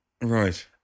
Right